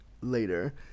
later